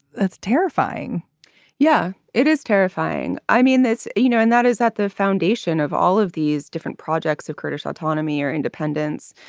that's terrifying yeah it is terrifying. i mean this you know and that is that the foundation of all of these different projects of kurdish autonomy or independence.